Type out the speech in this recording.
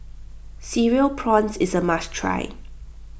Cereal Prawns is a must try